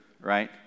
right